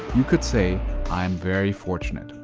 you could say i am very fortunate,